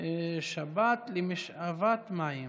מתנגדים ונמנעים.